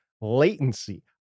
latency